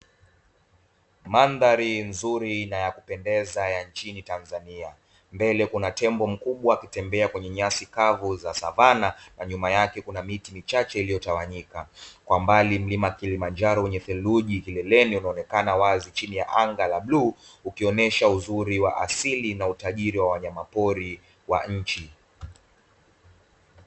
Mandhari nzuri na ya kupendeza ya nchini Tanzania, mbele kuna tembo mkubwa akitembea kwenye nyasi kavu za savana, na nyuma yake kuna miti michache iliyotawanyika, kwa umbali mlima Kilimanjaro wenye theluji kileleni unaonekana wazi chini ya anga la bluu, ukiuonyesha uzuri wa asili na utajiri wa wanyama pori wa nchi.